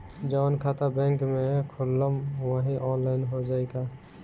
जवन खाता बैंक में खोलम वही आनलाइन हो जाई का?